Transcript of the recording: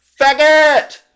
Faggot